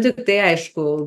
tiktai aišku